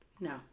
No